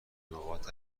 نقاط